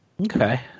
Okay